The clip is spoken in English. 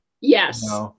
yes